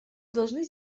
должны